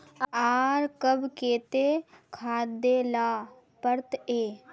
आर कब केते खाद दे ला पड़तऐ?